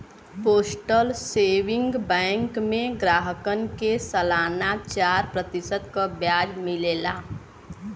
postal saving bank में ग्राहकन के सलाना चार प्रतिशत क ब्याज मिलला